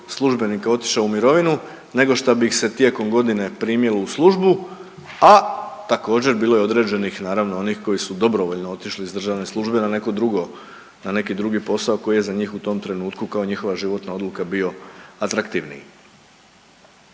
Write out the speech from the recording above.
službenika otišao u mirovinu nego šta bi ih se tijekom godine primilo u službu, a također bilo je određenih naravno onih koji su dobrovoljno otišli iz državne službe na neko drugo, na neki drugi posao koji je za njih u tom trenutku kao njihova životna odluka bio atraktivniji.